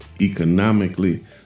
economically